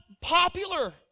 popular